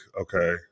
Okay